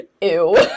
Ew